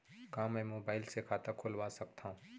का मैं मोबाइल से खाता खोलवा सकथव?